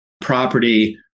property